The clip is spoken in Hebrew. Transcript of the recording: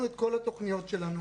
הפעלנו את כל התוכניות שלנו.